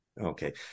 Okay